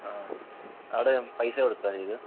ആ അവിടെ പൈസ കൊടുത്തിട്ടാണോ ചെയ്തത്